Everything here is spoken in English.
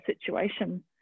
situation